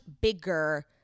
bigger